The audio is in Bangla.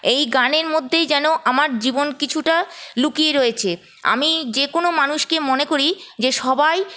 এই গানের মধ্যেই যেন আমার জীবন কিছুটা লুকিয়ে রয়েছে আমি যে কোন মানুষকে মনে করি যে সবাই